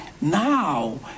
Now